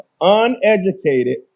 uneducated